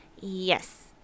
Yes